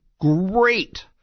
Great